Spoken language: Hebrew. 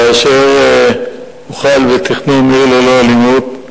כאשר החלו בתכנון "עיר ללא אלימות",